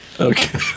Okay